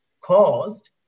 caused